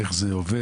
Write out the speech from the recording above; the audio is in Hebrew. איך זה עובד.